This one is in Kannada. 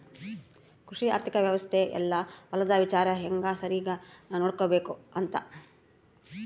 ಕೃಷಿ ಆರ್ಥಿಕ ವ್ಯವಸ್ತೆ ಯೆಲ್ಲ ಹೊಲದ ವಿಚಾರ ಹೆಂಗ ಸರಿಗ ನೋಡ್ಕೊಬೇಕ್ ಅಂತ